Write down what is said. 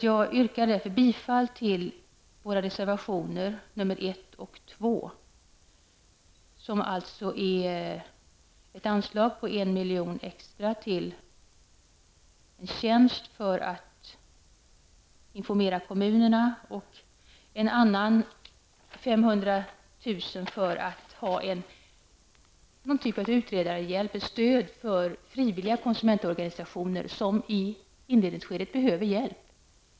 Jag yrkar därför bifall till våra reservationer 1 och 2, som alltså innebär ett anslag på 1 miljon till en tjänst för att informera kommunerna och 500 000 kr. för en tjänst som utredningshjälp för frivilliga konsumentorganisationer som i inledningsskedet behöver hjälp.